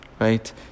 right